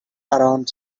around